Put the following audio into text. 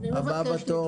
הבא בתור.